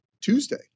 Tuesday